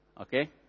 Okay